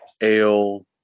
Ale